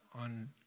on